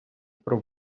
про